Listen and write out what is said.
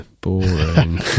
boring